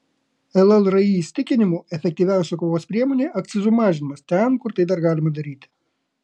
llri įsitikinimu efektyviausia kovos priemonė akcizų mažinimas ten kur tai dar galima daryti